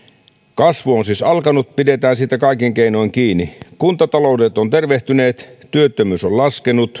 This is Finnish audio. kasvu on siis alkanut pidetään siitä kaikin keinoin kiinni kuntataloudet ovat tervehtyneet työttömyys on laskenut